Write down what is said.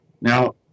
Now